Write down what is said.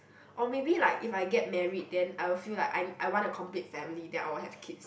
or maybe like if I get married then I will feel like I I want a complete family then I will have kids